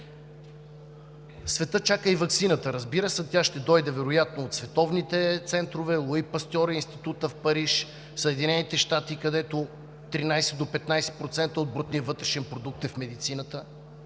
Светът чака и ваксината, разбира се. Тя ще дойде вероятно от световните центрове – „Пастьор“ е институтът в Париж, Съединените щати, където 13 до 15% от брутния вътрешен продукт е в медицината.